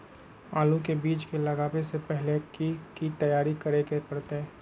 आलू के बीज के लगाबे से पहिले की की तैयारी करे के परतई?